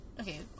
Okay